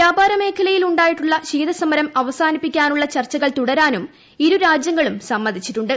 വ്യാപാര മേഖലയിൽ ഉണ്ടായിട്ടുള്ള ശീതസമരം അവസാനിപ്പിക്കാനുള്ള ചർച്ചകൾ തുടരാനും ഇരുരാജൃങ്ങളും സമ്മതിച്ചിട്ടുണ്ട്